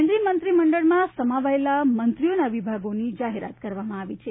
કેન્દ્રીય મંત્રીમંડળમાં સમાવાયેલા મંત્રીઓના વિભાગોની જાહેરાત કરવામાં આવી છે